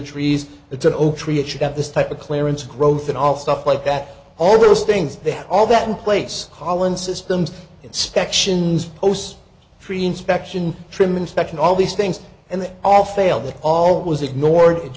trees it's an oak tree it should have this type of clearance growth and all stuff like that all those things they have all that in place all in systems inspections post free inspection trim inspection all these things and they all fail that all that was ignored